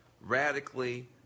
radically